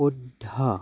শুদ্ধ